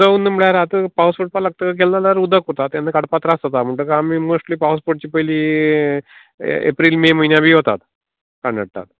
उदक उरना म्हल्यार आतां पावस पडपा लागतगीर तेन्ना दर उदक पडता तेन्ना कडपा त्रास जाता म्हटगीर आमी मोस्टली पावस पडच्या पयलीं एप्रील मे म्हयन्या बी वतात कान हाडतात